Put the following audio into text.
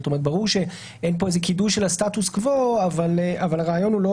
ברור שאין פה קידוש של סטטוס קוו אבל הרעיון הוא לא